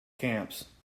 camps